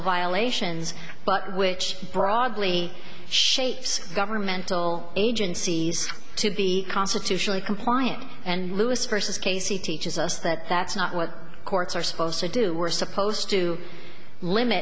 violations but which broadly shapes governmental agencies to be constitutionally compliant and lewis versus casey teaches us that that's not what courts are supposed to do we're supposed to limit